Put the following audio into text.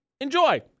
enjoy